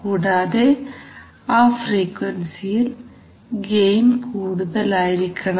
കൂടാതെ ആ ഫ്രീക്വൻസിയിൽ ഗെയിൻ കൂടുതലായിരിക്കണം